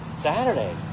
Saturday